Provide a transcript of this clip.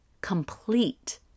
complete